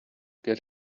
get